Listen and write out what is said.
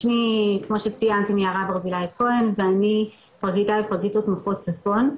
שמי כמו שציינת יערה ברזילי כהן ואני פרקליטה בפרקליטות מחוז צפון,